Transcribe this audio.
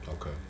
Okay